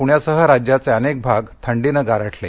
प्ण्यासह राज्याचे अनेक भाग थंडीनं गारठले